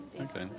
Okay